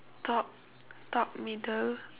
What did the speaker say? top top middle